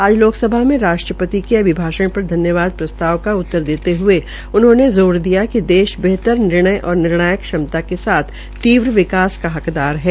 आज लोकसभा में राष्ट्रपति के अभिभाषण पर धन्यवाद प्रस्ताव का उत्तर देते हये उन्होंने ज़ोर दिया कि देश बेहतर निर्णय और निर्णायक क्षमता के साथ तीव्र विकास का हकदार है